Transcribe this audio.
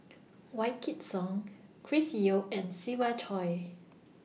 Wykidd Song Chris Yeo and Siva Choy